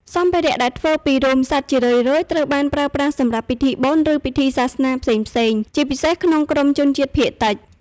សម្ភារៈដែលធ្វើពីរោមសត្វជារឿយៗត្រូវបានប្រើប្រាស់សម្រាប់ពិធីបុណ្យ ឬពិធីសាសនាផ្សេងៗ ជាពិសេស ក្នុងក្រុមជនជាតិភាគតិច។